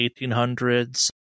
1800s